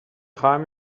خواهم